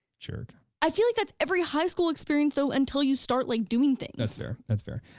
jerk. i feel like that's every high school experience, so until you start like doing things. that's fair, that's fair,